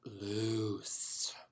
loose